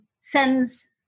sends